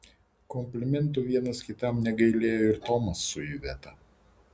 komplimentų vienas kitam negailėjo ir tomas su iveta